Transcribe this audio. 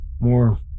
more